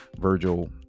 Virgil